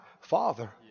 Father